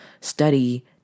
study